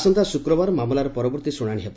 ଆସନ୍ତା ଶୁକ୍ରବାର ମାମଲାର ପରବର୍ତ୍ତୀ ଶୁଣାଶୀ ହେବ